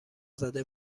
زده